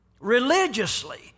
Religiously